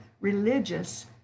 religious